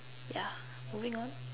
yeah moving on